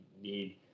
need